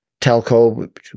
telco